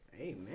amen